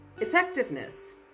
effectiveness